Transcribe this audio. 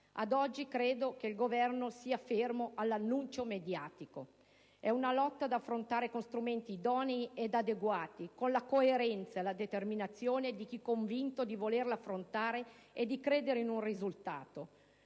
Ad oggi, credo che il Governo sia fermo all'annuncio mediatico. É una lotta da affrontare con strumenti idonei ed adeguati, con la coerenza e la determinazione di chi è convinto di volerla affrontare e di credere in un risultato.